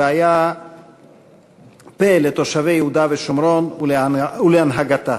והיה לפה לתושבי יהודה ושומרון ולהנהגתה.